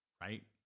Right